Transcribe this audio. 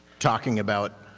talking about